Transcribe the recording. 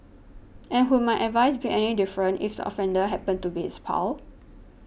and would my advice be any different if the offender happened to be his pal